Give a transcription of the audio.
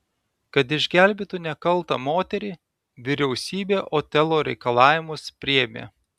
kad išgelbėtų nekaltą moterį vyriausybė otelo reikalavimus priėmė